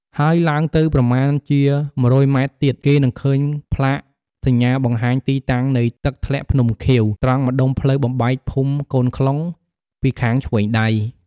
ហើយឡើងទៅប្រមាណជា ១០០ម៉ែត្រទៀត គេនឹងឃើញផ្លាកសញ្ញាបង្ហាញទីតាំងនៃ«ទឹកធ្លាក់ភ្នំខៀវ» ត្រង់ម្ដុំផ្លូវបំបែកភូមិកូនខ្លុងពីខាងឆ្វេងដៃ ។